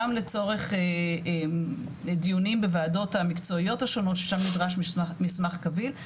גם לצורך לדיונים בוועדות המקצועיות השונות ששם נדרש מסמך כביל,